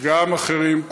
וגם אחרים.